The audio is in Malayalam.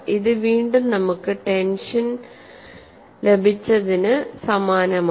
ഇത് വീണ്ടും നമുക്ക് ടെൻഷന് ലഭിച്ചതിന് സമാനമാണ്